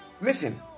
Listen